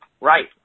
Right